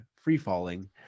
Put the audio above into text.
free-falling